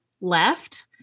left